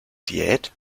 diät